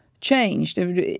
changed